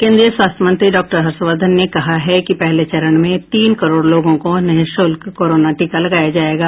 केंद्रीय स्वास्थ्य मंत्री डॉक्टर हर्षवर्धन ने कहा है कि पहले चरण में तीन करोड़ लोगों को निःशुल्क कोरोना टीका लगाया जायेगा